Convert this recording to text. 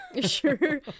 sure